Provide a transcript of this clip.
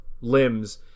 limbs